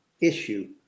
issue